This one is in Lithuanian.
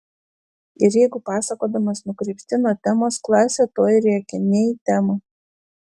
ir jeigu pasakodamas nukrypsti nuo temos klasė tuoj rėkia ne į temą